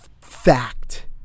fact